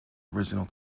original